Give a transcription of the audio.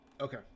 okay